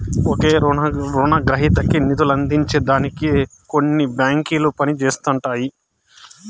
ఒకే రునగ్రహీతకి నిదులందించే దానికి కొన్ని బాంకిలు పనిజేస్తండాయి